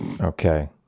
Okay